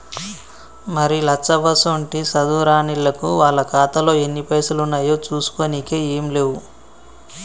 మరి లచ్చవ్వసోంటి సాధువు రానిల్లకు వాళ్ల ఖాతాలో ఎన్ని పైసలు ఉన్నాయో చూసుకోనికే ఏం లేవు